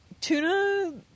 Tuna